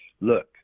Look